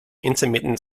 intermittent